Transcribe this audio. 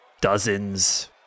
dozens